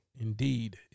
Indeed